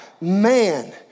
man